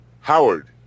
Howard